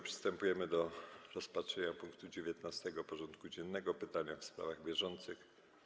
Przystępujemy do rozpatrzenia punktu 19. porządku dziennego: Pytania w sprawach bieżących.